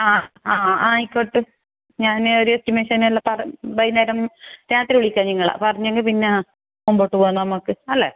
ആ ആ ആയിക്കോട്ട് ഞാൻ ഒരു എസ്റ്റിമേഷൻ എല്ലാം പറയാം വൈകുന്നേരം രാത്രി വിളിക്കാം നിങ്ങളെ പറഞ്ഞെങ്കിൽ പിന്നെ മുമ്പോട്ട് പോവാം നമുക്ക് അല്ലേ